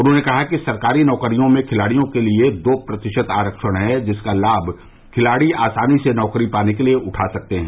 उन्होंने कहा कि सरकारी नौकरियों में खिलाडियों के लिए दो प्रतिशत आरक्षण है जिसका लाभ खिलाडी आसानी से नौकरी पाने के लिए उठा सकते हैं